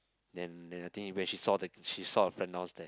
then then I think when she saw the she saw her friend downstair